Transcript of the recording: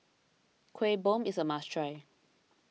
Kueh Bom is a must try